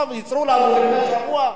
עכשיו ייצרו לנו לפני שבוע,